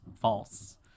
false